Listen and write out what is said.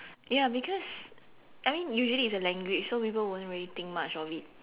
ya because I mean usually it's a language so people won't really think much of it